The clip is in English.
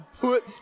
put